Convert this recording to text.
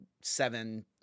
seven